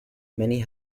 many